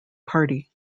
party